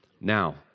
Now